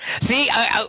See